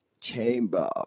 Chamber